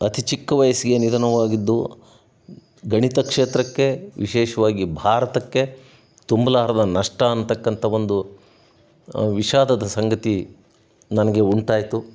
ಅತಿ ಚಿಕ್ಕ ವಯ್ಸಿಗೆ ನಿಧಾನವಾಗಿದ್ದು ಗಣಿತ ಕ್ಷೇತ್ರಕ್ಕೆ ವಿಶೇಷವಾಗಿ ಭಾರತಕ್ಕೆ ತುಂಬಲಾರದ ನಷ್ಟ ಅನ್ನತಕ್ಕಂಥ ಒಂದು ವಿಷಾದದ ಸಂಗತಿ ನನಗೆ ಉಂಟಾಯಿತು